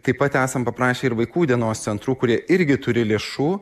taip pat esam paprašę ir vaikų dienos centrų kurie irgi turi lėšų